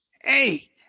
hey